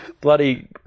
bloody